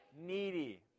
needy